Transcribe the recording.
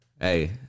hey